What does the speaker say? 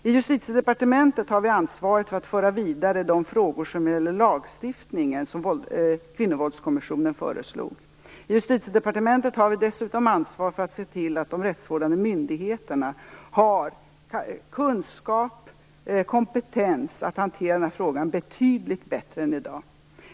I Justitiedepartementet har vi ansvaret för att föra vidare de frågor som gäller lagstiftningen som Kvinnovåldskommissionen föreslog. Justitiedepartementet har dessutom ansvar för att se till att de rättsvårdande myndigheterna får betydligt bättre kunskap och kompetens än i dag när det gäller att hantera frågan.